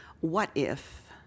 what-if